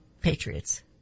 patriots